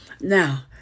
Now